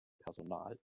personal